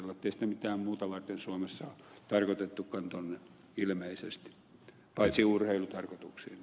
ei sitä mitään muuta varten suomessa ole tarkoitettukaan ilmeisesti paitsi urheilutarkoituksiin